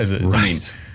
Right